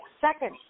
second